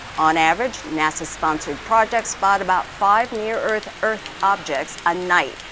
on average, nasa sponsored projects spot about five near earth earth objects a night,